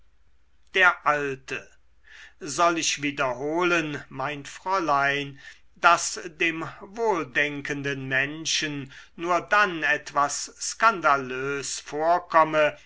der alte soll ich wiederholen mein fräulein daß dem wohldenkenden menschen nur dann etwas skandalös vorkomme